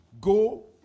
go